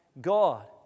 God